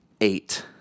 eight